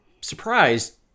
surprised